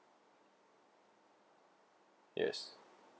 yes